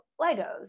Legos